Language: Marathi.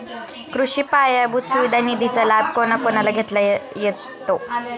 कृषी पायाभूत सुविधा निधीचा लाभ कोणाकोणाला घेता येतो?